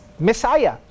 Messiah